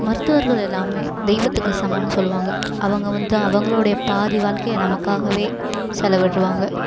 மருத்துவர்கள் எல்லாமே தெய்வத்துக்கு சமன்னு சொல்லுவாங்க அவங்க வந்து அவங்களுடைய பாதி வாழ்க்கைய நமக்காகவே செலவிடுவாங்க